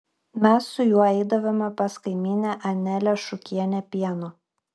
mes su juo eidavome pas kaimynę anelę šukienę pieno